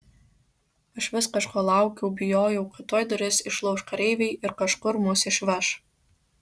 aš vis kažko laukiau bijojau kad tuoj duris išlauš kareiviai ir kažkur mus išveš